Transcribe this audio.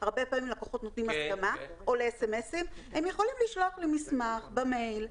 הרבה פעמים לקוחות נותנים הסכמה הם יכולים לשלוח לי מסמך במייל,